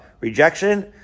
rejection